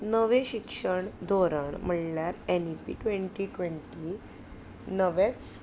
नवें शिक्षण धोरण म्हणल्यार N E P twenty twenty नवेंच